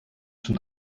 schon